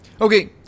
okay